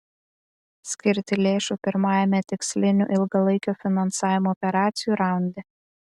skirti lėšų pirmajame tikslinių ilgalaikio finansavimo operacijų raunde